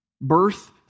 Birth